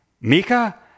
Mika